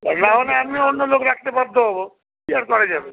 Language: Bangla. নাহলে আমি অন্য লোক রাখতে বাধ্য হব কি আর করা যাবে